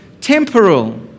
temporal